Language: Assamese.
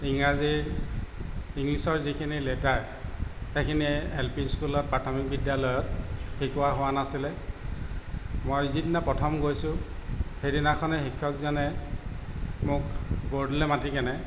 ইংৰাজীৰ ইংলিছৰ যিখিনি লেটাৰ সেইখিনিয়ে এল পি স্কুলত প্ৰাথমিক বিদ্যালয়ত শিকোৱা হোৱা নাছিলে মই যিদিনা প্ৰথম গৈছোঁ সেইদিনাখনে শিক্ষকজনে মোক বৰ্ডলৈ মাতি কেনে